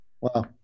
Wow